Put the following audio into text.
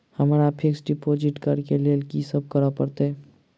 हमरा fix deposit करऽ केँ लेल की सब करऽ पड़त?